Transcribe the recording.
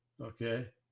okay